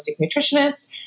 nutritionist